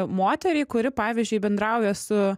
moteriai kuri pavyzdžiui bendrauja su